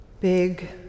big